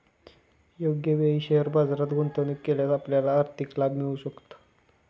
योग्य वेळी शेअर बाजारात गुंतवणूक केल्यास आपल्याला आर्थिक लाभ मिळू शकतात